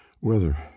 weather